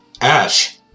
Ash